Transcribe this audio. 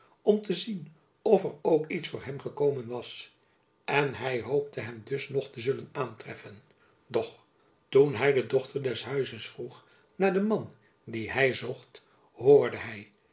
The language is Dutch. om te zien of er ook iets voor hem gekomen was en hy hoopte hem dus nog te zullen aantreffen doch toen hy de dochter des huizes vroeg naar den man dien hy zocht hoorde hy